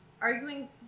arguing